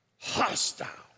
Hostile